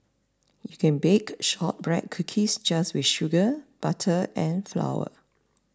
you can bake Shortbread Cookies just with sugar butter and flour